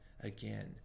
again